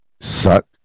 suck